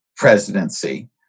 presidency